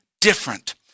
different